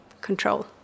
control